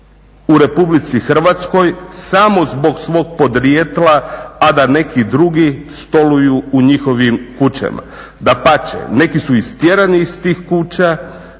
Hrvatske.